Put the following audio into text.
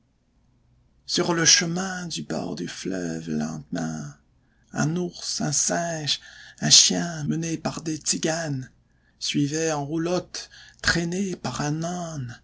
sur le chemin du bord du fleuve lentement un ours un singe un chien menés par des tziganes suivaient une roulotte traînée par un âne